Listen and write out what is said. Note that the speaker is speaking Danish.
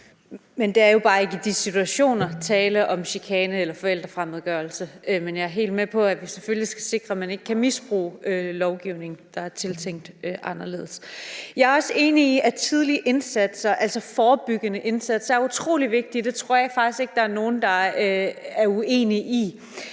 Men der er jo bare ikke i de situationer tale om chikane eller forældrefremmedgørelse. Men jeg er helt med på, at vi selvfølgelig skal sikre, at man ikke kan misbruge lovgivning, der er tænkt anderledes. Jeg er også enig i, at tidlige indsatser, altså forebyggende indsatser, er utrolig vigtige. Det tror jeg faktisk ikke der er nogen der er uenige i.